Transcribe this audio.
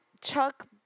Chuck